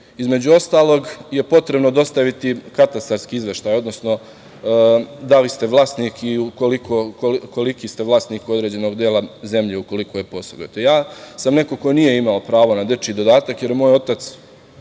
između ostalog je potrebno dostaviti katastarski izveštaj, odnosno da li ste vlasnik i koliki ste vlasnik određenog dela zemlje ukoliko je posedujete. Ja sam neko ko nije imao pravo na dečiji dodatak jer je moj otac